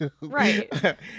Right